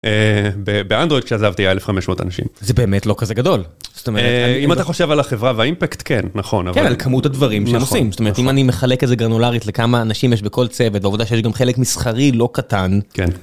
באנדרואיד כשעזבתי היה 1500 אנשים זה באמת לא כזה גדול אם אתה חושב על החברה והאימפקט כן נכון אבל כמות הדברים שעושים אם אני מחלק איזה גרנולרית לכמה אנשים יש בכל צוות והעובדה שגם חלק מסחרי לא קטן.